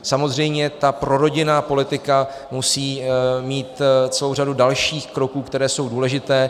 Samozřejmě ta prorodinná politika musí mít celou řadu dalších kroků, které jsou důležité.